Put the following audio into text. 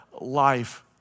life